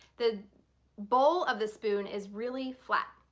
the bowl of the spoon is really flat.